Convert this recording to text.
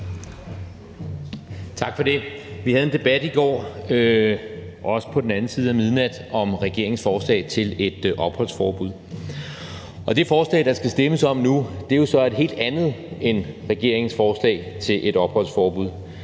Tak for det. Vi havde en debat i går, også på den anden side af midnat, om regeringens forslag til et opholdsforbud. Og det forslag, der skal stemmes om nu, er jo så et helt andet end regeringens forslag til et opholdsforbud.